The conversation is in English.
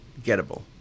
gettable